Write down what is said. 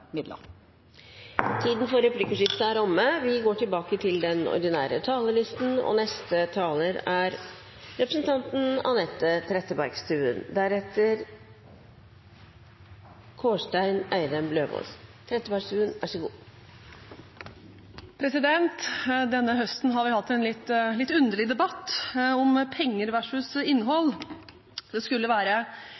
andre midler. Replikkordskiftet er omme. Denne høsten har vi hatt en litt underlig debatt om penger versus innhold. Det skulle være